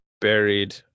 buried